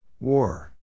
War